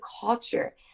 culture